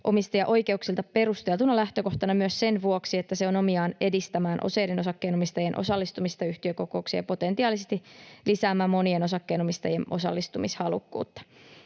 osakkeenomistajaoikeuksilla perusteltuna lähtökohtana myös sen vuoksi, että se on omiaan edistämään useiden osakkeenomistajien osallistumista yhtiökokouksiin ja potentiaalisesti lisäämään monien osakkeenomistajien osallistumishalukkuutta.